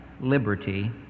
liberty